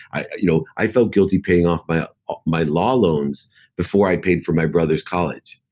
i you know i felt guilty paying off my ah my law loans before i paid for my brother's college.